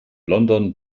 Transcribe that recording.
london